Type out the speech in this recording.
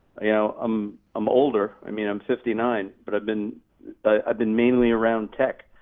yeah um i'm older, i mean i'm fifty nine, but i've been i've been mainly around tech,